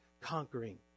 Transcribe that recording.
conquering